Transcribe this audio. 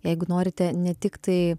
jeigu norite ne tik tai